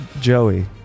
Joey